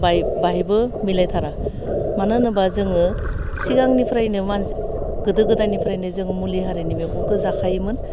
बाय बाहायबो मिलायथारा मानो होनोबा जोङो सिगांनिफ्रायनो मान गोदो गोदायनिफ्रायनो जों मुलि हारिनि मेगंखौ जाखायोमोन